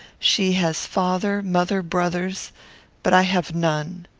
she has father, mother, brothers but i have none.